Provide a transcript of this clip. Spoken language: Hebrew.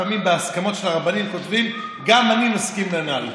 לפעמים בהסכמות של הרבנים כותבים: גם אני מסכים לנ"ל.